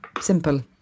simple